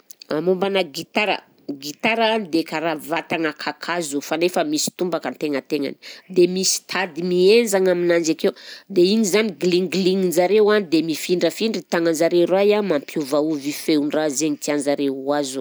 Mombanà gitara, gitara a dia karaha vatagna kakazo, fanefa misy tombaka antegnategnany, dia misy tady mihenzagna aminanjy akeo, dia igny zany glingling-n'jareo a dia mifindrafindra i tagnan'jareo roay a mampiovaova io feon-draha zaigny tian'jareo ho azo.